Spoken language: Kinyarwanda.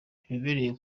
ntibemerewe